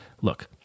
Look